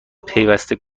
پیوسته